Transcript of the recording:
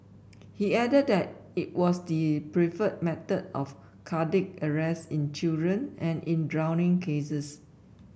he added that it was the preferred method of cardiac arrest in children and in drowning cases